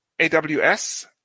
AWS